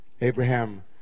Abraham